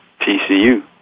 TCU